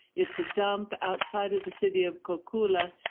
it's a dump outside of the city of cocula,